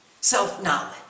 self-knowledge